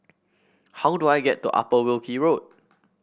how do I get to Upper Wilkie Road